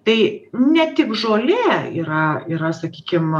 tai ne tik žolė yra yra sakykim